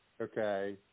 okay